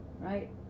right